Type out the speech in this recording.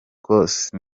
ecosse